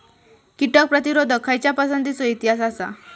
कीटक प्रतिरोधक खयच्या पसंतीचो इतिहास आसा?